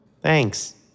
Thanks